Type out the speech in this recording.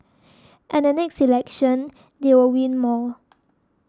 and the next election they will win more